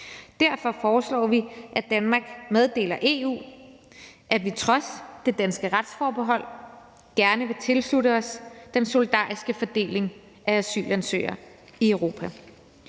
Derfor foreslår vi, at Danmark meddeler EU, at vi trods det danske retsforbehold gerne vil tilslutte os den solidariske fordeling af asylansøgere i Europa.